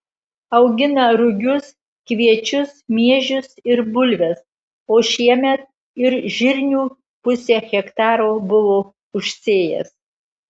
augina rugius kviečius miežius ir bulves o šiemet ir žirnių pusę hektaro buvo užsėjęs